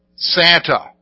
Santa